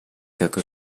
coca